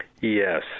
Yes